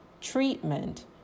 treatment